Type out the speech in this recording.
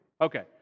Okay